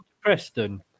Preston